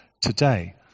today